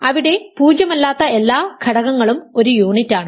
അവിടെ പൂജ്യമല്ലാത്ത എല്ലാ ഘടകങ്ങളും ഒരു യൂണിറ്റാണ്